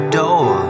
door